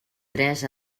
tres